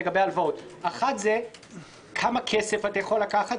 לגבי ההלוואות: אחת זה כמה כסף אתה יכול לקחת,